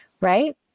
Right